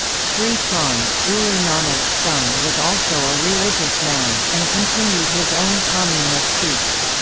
sri chand, guru nanak's son was also a religious man, and continued his own commune of sikhs.